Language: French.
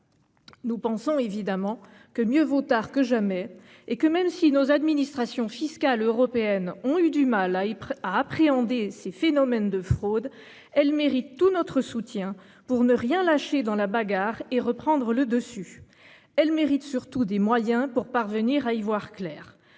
aux États ... Pourtant, mieux vaut tard que jamais : même si nos administrations fiscales européennes ont eu du mal à appréhender ces phénomènes de fraude, elles méritent tout notre soutien pour ne rien lâcher dans la bagarre et reprendre le dessus. Elles ont surtout besoin de moyens pour parvenir à y voir clair.